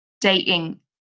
dating